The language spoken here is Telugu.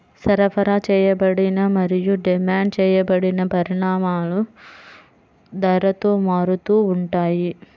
సరఫరా చేయబడిన మరియు డిమాండ్ చేయబడిన పరిమాణాలు ధరతో మారుతూ ఉంటాయి